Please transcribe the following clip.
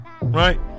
Right